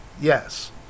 Yes